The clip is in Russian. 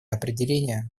определения